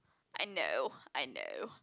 I know I know